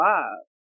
Five